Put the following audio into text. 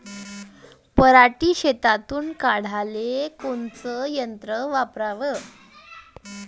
पराटी शेतातुन काढाले कोनचं यंत्र वापराव?